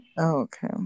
Okay